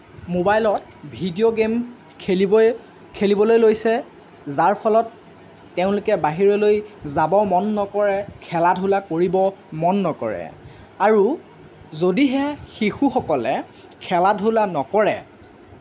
মোবাইলত video game খেলিবই খেলিবলৈ লৈছে যাৰ ফলত তেওঁলোকে বাহিৰলৈ যাব মন নকৰে খেলা ধূলা কৰিব মন নকৰে আৰু যদিহে শিশুসকলে খেলা ধূলা নকৰে